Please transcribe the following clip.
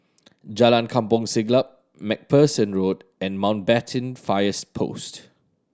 Jalan Kampong Siglap Macpherson Road and Mountbatten Fire Post